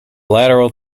lateral